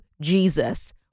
jesus